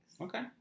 Okay